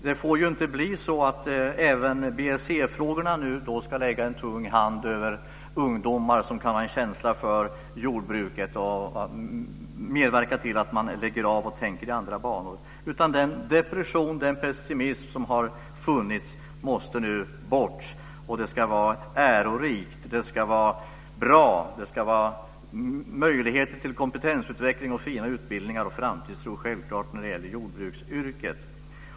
Det får inte bli så att även BSE-frågorna nu ska lägga en tung hand över ungdomar som har en känsla för jordbruket och medverka till att de tänker i andra banor och lägger av. Den depression och den pessimism som har funnits måste nu bort. Det ska vara ärorikt och bra och finnas möjligheter till kompetensutveckling, fina utbildningar och framtidstro när det gäller jordbruksyrket.